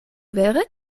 vere